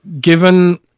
given